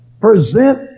present